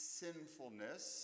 sinfulness